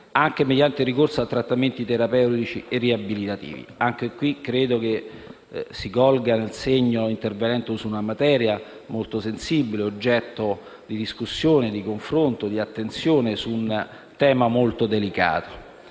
anche mediante il ricorso a trattamenti terapeutici e riabilitativi. Anche in questo caso, credo si colga nel segno intervenendo su una materia molto sensibile, oggetto di discussione, di confronto e di attenzione su un tema molto delicato.